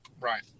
Right